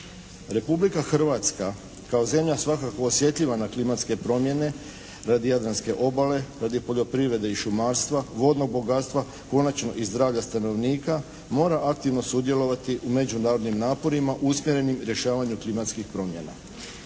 Republika Hrvatska kao zemlja svakako osjetljiva na klimatske promjene radi Jadranske obale, radi poljoprivrede i šumarstva, vodnog bogatstva konačno i zdravlja stanovnika mora aktivno sudjelovati u međunarodnim naporima usmjerenim rješavanju klimatskih promjena.